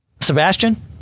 Sebastian